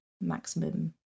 maximum